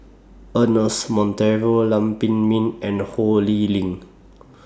Ernest Monteiro Lam Pin Min and Ho Lee Ling